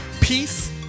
peace